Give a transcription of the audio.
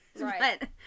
Right